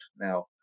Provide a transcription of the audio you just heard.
now